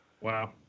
Wow